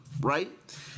right